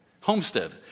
Homestead